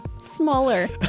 smaller